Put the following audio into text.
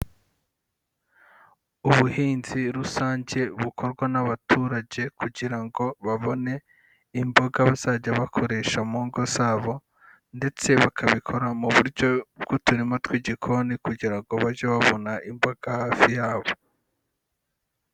Ubuhinzi rusange bukorwa n'abaturage kugira ngo babone imboga bazajya bakoresha mu ngo zabo ndetse bakabikora mu buryo bw'uturima tw'igikoni kugira ngo bajye babona imboga hafi yabo.